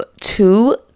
two